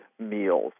meals